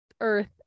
earth